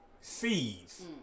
seeds